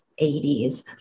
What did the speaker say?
80s